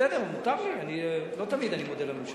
מותר לי, לא תמיד אני מודה לממשלה.